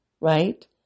right